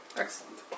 excellent